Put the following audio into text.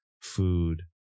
food